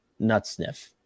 Nutsniff